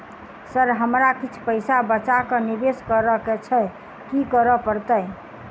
Sir हमरा किछ पैसा बचा कऽ निवेश करऽ केँ छैय की करऽ परतै?